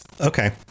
okay